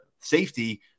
safety